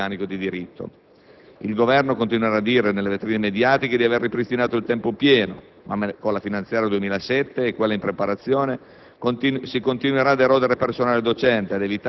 pieno «nei limiti della dotazione complessiva dell'organico di diritto». Il Governo continuerà a dire nelle vetrine mediatiche di aver ripristinato il tempo pieno, ma con la finanziaria 2007 e quella in preparazione